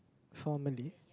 formerly